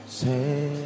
say